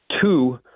Two